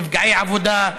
נפגעי עבודה,